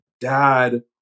dad